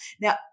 Now